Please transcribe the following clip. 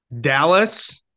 Dallas